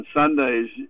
sundays